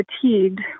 fatigued